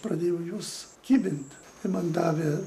pradėjau juos kibint tai man davė